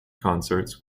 concerts